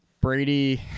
Brady